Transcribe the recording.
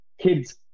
kids